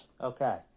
Okay